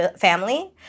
family